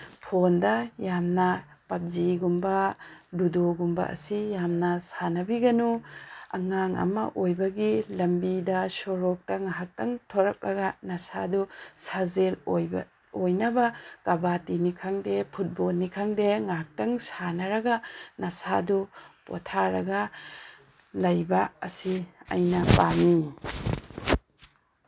ꯐꯣꯟꯗ ꯌꯥꯝꯅ ꯄꯞꯖꯤꯒꯨꯝꯕ ꯂꯨꯗꯣꯒꯨꯝꯕ ꯑꯁꯤ ꯌꯥꯝꯅ ꯁꯥꯅꯕꯤꯒꯅꯨ ꯑꯉꯥꯡ ꯑꯃ ꯑꯣꯏꯕꯒꯤ ꯂꯝꯕꯤꯗ ꯁꯣꯔꯣꯛꯇ ꯉꯥꯏꯍꯥꯛꯇꯪ ꯊꯣꯔꯛꯂꯒ ꯅꯁꯥꯗꯨ ꯁꯥꯖꯦꯜ ꯑꯣꯏꯕ ꯑꯣꯏꯅꯕ ꯀꯕꯥꯗꯤꯅꯤ ꯈꯪꯗꯦ ꯐꯨꯠꯕꯣꯜꯅꯤ ꯈꯪꯗꯦ ꯉꯥꯏꯍꯥꯛꯇꯪ ꯁꯥꯟꯅꯔꯒ ꯅꯁꯥꯗꯨ ꯄꯣꯊꯥꯔꯒ ꯂꯩꯕ ꯑꯁꯤ ꯑꯩꯅ ꯄꯥꯝꯃꯤ